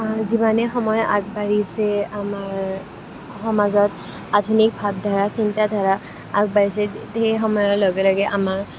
যিমানেই সময় আগবাঢ়িছে আমাৰ সমাজত আধুনিক ভাৱধাৰা চিন্তাধাৰা আগবাঢ়িছে সেই সময়ৰ লগে লগে আমাৰ